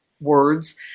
words